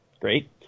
Great